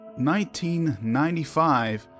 1995